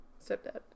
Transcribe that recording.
Stepdad